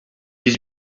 his